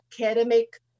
academic